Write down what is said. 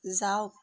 যাওক